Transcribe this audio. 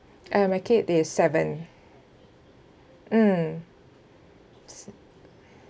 uh my kid is seven mm